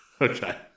Okay